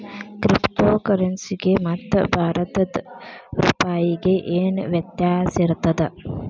Crypto ಕರೆನ್ಸಿಗೆ ಮತ್ತ ಭಾರತದ್ ರೂಪಾಯಿಗೆ ಏನ್ ವ್ಯತ್ಯಾಸಿರ್ತದ?